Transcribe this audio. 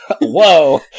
Whoa